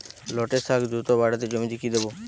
লটে শাখ দ্রুত বাড়াতে জমিতে কি দেবো?